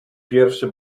pierwszy